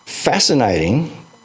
fascinating